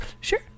Sure